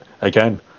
again